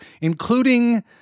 including